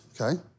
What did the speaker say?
Okay